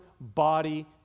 body